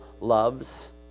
loves